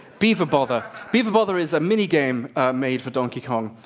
beaver bother. beaver bother is a minigame made for donkey kong,